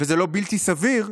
וזה לא בלתי סביר,